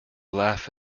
laugh